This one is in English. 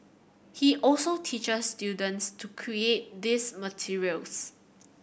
he also teaches students to create these materials